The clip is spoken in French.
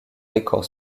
décor